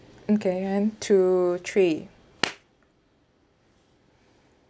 okay one two three